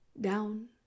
down